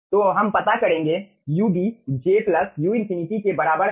तो हम पता करेंगे ub j u∞ के बराबर है